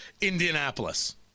Indianapolis